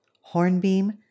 hornbeam